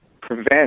prevent